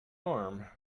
arm